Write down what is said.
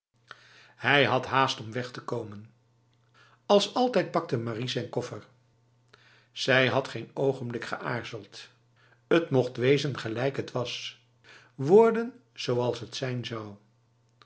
hij had haast om weg te komen als altijd pakte marie zijn koffer zij had geen ogenblik geaarzeld het mocht wezen gelijk het was worden zoals t zijn zou